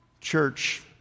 Church